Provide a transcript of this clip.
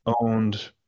owned